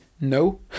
no